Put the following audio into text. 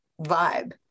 vibe